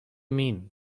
mean